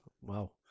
Wow